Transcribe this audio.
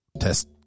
test